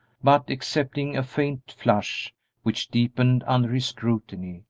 but, excepting a faint flush which deepened under scrutiny,